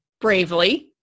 bravely